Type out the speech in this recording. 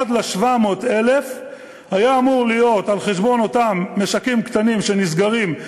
עד ל-700,000 היה אמור להיות על חשבון אותם משקים קטנים שנסגרים,